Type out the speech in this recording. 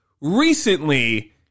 recently